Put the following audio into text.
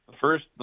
first